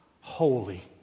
holy